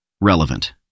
Relevant